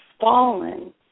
fallen